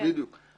בדיוק.